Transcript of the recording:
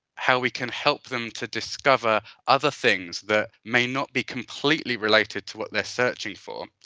how we can help them to discover other things that may not be completely related to what they are searching for.